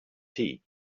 tea